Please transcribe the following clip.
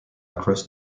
across